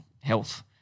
health